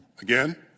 Again